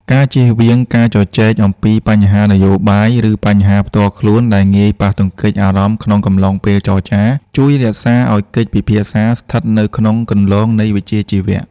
ការជៀសវាងការជជែកអំពីបញ្ហានយោបាយ ឬបញ្ហាផ្ទាល់ខ្លួនដែលងាយប៉ះទង្គិចអារម្មណ៍ក្នុងកំឡុងពេលចរចា ជួយរក្សាឱ្យកិច្ចពិភាក្សាស្ថិតនៅក្នុងគន្លងនៃវិជ្ជាជីវៈ។